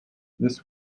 this